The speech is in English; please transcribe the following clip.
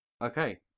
Okay